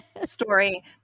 story